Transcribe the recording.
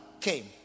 came